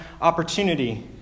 opportunity